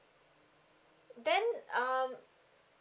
then um